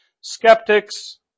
skeptics